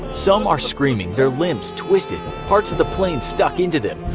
some are screaming, their limbs twisted, parts of the plane stuck into them.